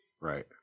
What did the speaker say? right